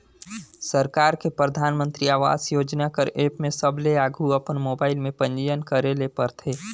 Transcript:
सरकार के परधानमंतरी आवास योजना कर एप में सबले आघु अपन मोबाइल में पंजीयन करे ले परथे